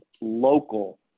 local